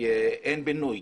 אין בינוי,